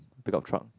pickup truck